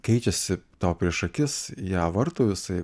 keičiasi tau prieš akis ją varto visaip